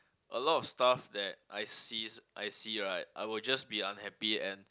a lot of stuff that I see I see right I would just be unhappy and